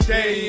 Day